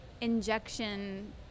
injection